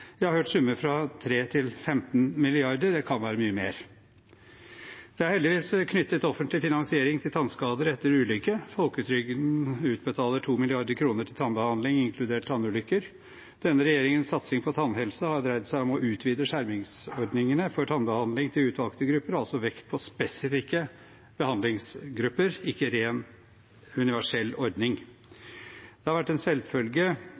Jeg har hørt summer fra 3–15 mrd. kr – det kan være mye mer. Det er heldigvis knyttet offentlig finansiering til tannskader etter ulykke. Folketrygden utbetaler 2 mrd. kr til tannbehandling, inkludert tannulykker. Denne regjeringens satsing på tannhelse har dreid seg om å utvide skjermingsordningene for tannbehandling til utvalgte grupper og med vekt på spesifikke behandlingsgrunner, ikke en rent universell ordning. Det har vært en